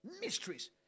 Mysteries